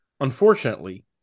Unfortunately